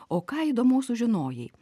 o ką įdomaus sužinojai